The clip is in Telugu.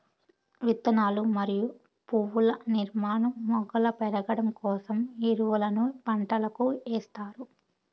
విత్తనాలు మరియు పువ్వుల నిర్మాణం, మొగ్గలు పెరగడం కోసం ఎరువులను పంటలకు ఎస్తారు